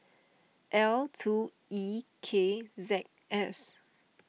L two E K Z S